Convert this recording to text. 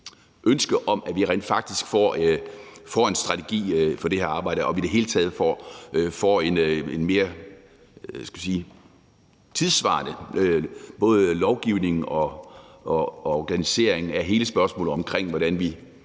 ønske om, at vi rent faktisk får en strategi for det her arbejde, og at vi i det hele taget får en mere tidssvarende både lovgivning og organisering af hele spørgsmålet om, hvordan og